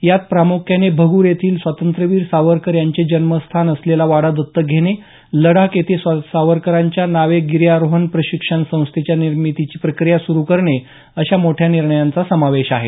यात प्रामुख्याने भगूर येथील स्वातंत्र्यवीर सावरकर यांचे जन्मस्थान असलेला वाडा दत्तक घेणे लडाख येथे सावरकरांच्या नावे गिर्यारोहण प्रशिक्षण संस्थेच्या निर्मितीची प्रक्रिया सुरू करणे अशा मोठ्या निर्णयांचा यात समावेश आहे